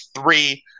three